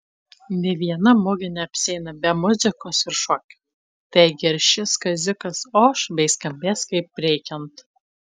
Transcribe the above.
nė viena mugė neapsieina be muzikos ir šokių taigi ir šis kaziukas oš bei skambės kaip reikiant